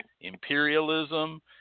imperialism